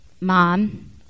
Mom